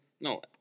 No